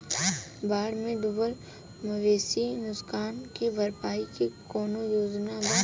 बाढ़ में डुबल मवेशी नुकसान के भरपाई के कौनो योजना वा?